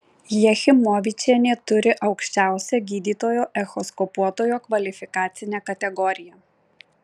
jachimovičienė turi aukščiausią gydytojo echoskopuotojo kvalifikacinę kategoriją